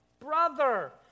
Brother